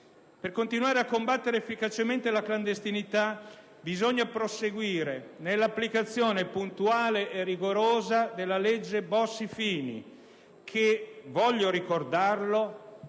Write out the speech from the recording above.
Per continuare a combattere efficacemente la clandestinità bisogna proseguire nell'applicazione puntuale e rigorosa della legge Bossi-Fini che, voglio ricordarlo,